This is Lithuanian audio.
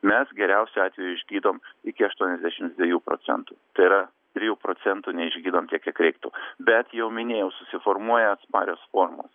mes geriausiu atveju išgydom iki aštuoniasdešimt dviejų procentų tai yra trijų procentų neišgydom tiek kiek reiktų bet jau minėjau susiformuoja atsparios formos